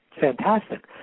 fantastic